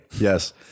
Yes